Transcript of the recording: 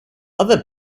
another